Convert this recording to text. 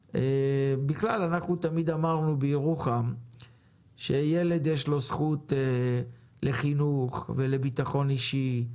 תמיד אמרנו בירוחם שלילד יש זכות לחינוך ולביטחון אישי,